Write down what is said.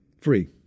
free